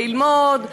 לשבת וללמוד.